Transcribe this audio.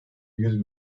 yüz